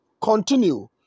Continue